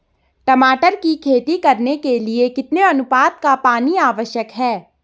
टमाटर की खेती करने के लिए कितने अनुपात का पानी आवश्यक है?